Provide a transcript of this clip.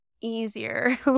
easier